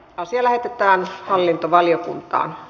asia lähetettiin hallintovaliokuntaan